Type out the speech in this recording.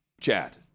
Chad